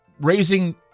raising